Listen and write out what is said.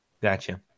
Gotcha